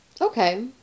Okay